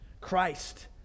Christ